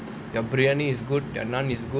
their biryani is good their naan is good